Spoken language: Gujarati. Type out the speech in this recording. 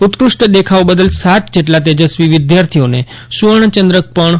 ઉત્કૃષ્ઠ દેખાવ બદલ સાત જેટલા તેજસ્વી વિદ્યાર્થીને સુવર્ણચંદ્રક પણ અપાશે